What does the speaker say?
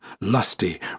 lusty